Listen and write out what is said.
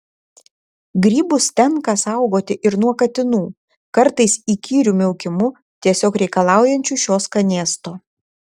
grybus tenka saugoti ir nuo katinų kartais įkyriu miaukimu tiesiog reikalaujančių šio skanėsto